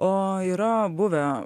o yra buvę